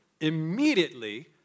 immediately